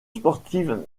sportive